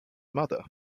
mother